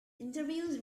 interviews